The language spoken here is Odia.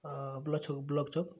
ବ୍ଲକ୍ ଛକ୍ ବ୍ଲକ୍ ଛକ୍